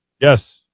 Yes